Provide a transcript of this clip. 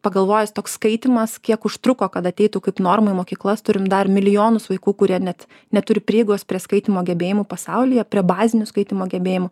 pagalvojus toks skaitymas kiek užtruko kad ateitų kaip norma į mokyklas turime dar milijonus vaikų kurie net neturi prieigos prie skaitymo gebėjimų pasaulyje prie bazinių skaitymo gebėjimų